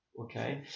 okay